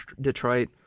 Detroit